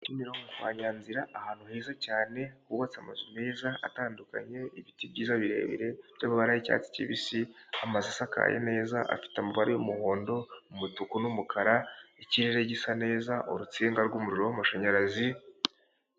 Kimironko kwa Nyanzira ahantu heza cyane hubatse amazu meza atandukanye ibiti byiza birebire by'amabara y'icyatsi kibisi amazu asakaye neza afite amaba y'umuhondo umutuku n'umukara ikirere gisa neza urutsinga rw'umuriro w'amashanyarazi.